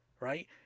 right